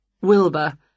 Wilbur